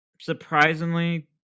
surprisingly